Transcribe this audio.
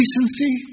decency